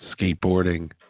skateboarding